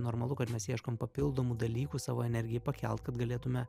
normalu kad mes ieškom papildomų dalykų savo energijai pakelt kad galėtume